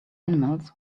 animals